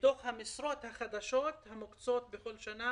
לפחות מהמשרות החדשות המוקצות כל שנה